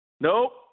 Nope